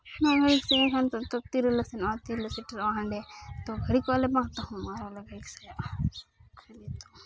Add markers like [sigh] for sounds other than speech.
ᱮᱱᱟᱱ ᱨᱮᱞᱮ ᱥᱮᱱᱚᱜ ᱠᱷᱟᱱ ᱫᱚ ᱱᱤᱛᱳᱜ ᱫᱚ ᱛᱤᱨᱮᱞᱮ ᱥᱮᱱᱚᱜᱼᱟ ᱛᱤ ᱨᱮᱞᱮ ᱥᱮᱴᱮᱨᱚᱜᱼᱟ ᱦᱟᱸᱰᱮ ᱛᱚ ᱜᱷᱟᱲᱤ ᱠᱚᱜᱼᱟᱞᱮ ᱵᱟᱝ [unintelligible]